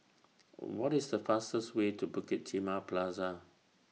What IS The fastest Way to Bukit Timah Plaza